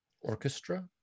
Orchestra